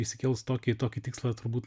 išsikėlus tokį tokį tikslą turbūt